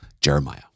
Jeremiah